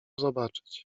zobaczyć